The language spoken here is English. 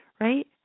right